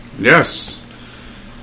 Yes